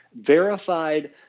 verified